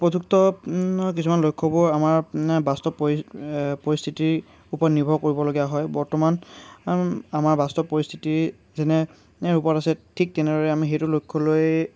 উপযুক্ত কিছুমান লক্ষ্যবোৰ আমাৰ বাস্তৱ পৰিস্থিতিৰ ওপৰত নিৰ্ভৰ কৰিবলগীয়া হয় বৰ্তমান আমাৰ বাস্তৱ পৰিস্থিতি যেনে ৰূপত আছে ঠিক তেনেদৰে আমি সেইটো লক্ষ্য লৈ